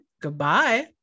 goodbye